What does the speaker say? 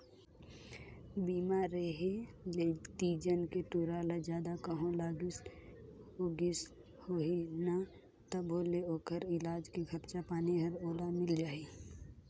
बीमा रेहे ले तीजन के टूरा ल जादा कहों लागिस उगिस होही न तभों ले ओखर इलाज के खरचा पानी हर ओला मिल जाही